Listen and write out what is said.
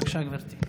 בבקשה, גברתי.